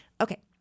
Okay